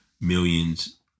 millions